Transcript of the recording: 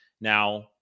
Now